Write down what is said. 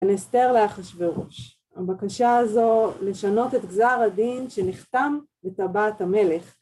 בין אסתר לאחשוורוש, הבקשה הזו לשנות את גזר הדין שנחתם בטבעת המלך.